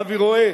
אבי רועה,